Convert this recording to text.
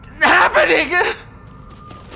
HAPPENING